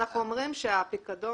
אנחנו אומרים שהפיקדון,